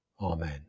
Amen